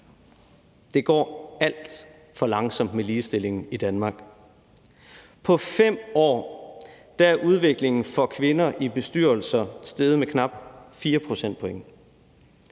Det går alt for langsomt med ligestillingen i Danmark. På 5 år er andelen af kvinder i bestyrelser steget med knap 4 procentpoint